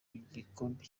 mugikombe